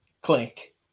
click